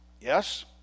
yes